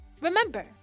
remember